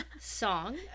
song